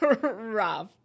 Rough